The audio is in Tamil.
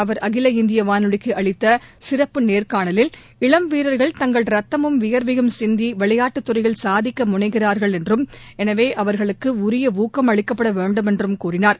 அவர் அகில இந்திய வானொலிக்கு அளித்த சிறப்பு நேர்காணலில் இளம் வீரர்கள் தங்கள் ரத்தமும் வியர்வையும் சிந்தி விளையாட்டுத்துறையில் சாதிக்க முனைகிறார்கள் என்றும் எனவே அவர்களுக்கு உரிய ஊக்கம் அளிக்கப்பட வேண்டுமென்றும் கூறினார்